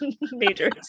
major